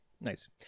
nice